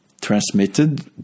transmitted